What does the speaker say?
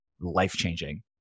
life-changing